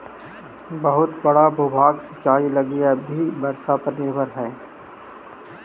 बहुत बड़ा भूभाग सिंचाई लगी अब भी वर्षा पर निर्भर हई